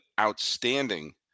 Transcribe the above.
outstanding